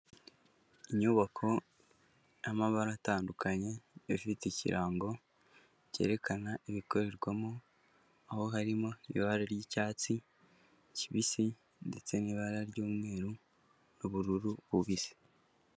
Inyubako y'amabara atandukanye ifite ikirango cyerekana ibikorerwamo, aho harimo ibara ry'icyatsi kibisi ndetse n'ibara ry'umweru n'ubururu bubisi.